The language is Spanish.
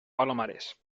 palomares